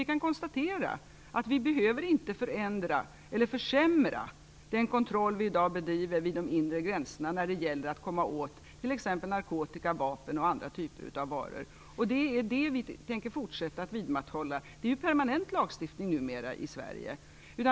Vi kan konstatera att vi inte behöver förändra eller försämra den kontroll vi bedriver i dag vid de inre gränserna för att komma åt t.ex. narkotika, vapen och andra typer av varor. Vi kommer att fortsätta att vidmakthålla denna numera permanenta lagstiftningen i Sverige.